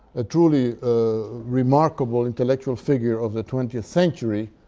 ah truly ah remarkable intellectual figure of the twentieth century,